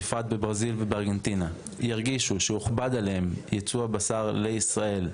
בפרט בברזיל ובארגנטינה ירגישו שהוכבד עליהם ייצוא הבשר לישראל,